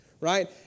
right